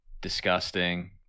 disgusting